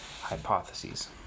hypotheses